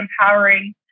empowering